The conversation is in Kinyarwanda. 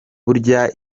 burya